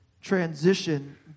transition